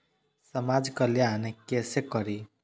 समाज कल्याण केसे करी?